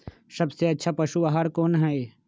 सबसे अच्छा पशु आहार कोन हई?